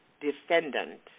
defendant